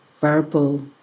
verbal